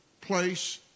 place